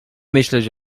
myśleć